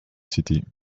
city